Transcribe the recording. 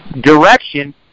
direction